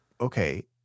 okay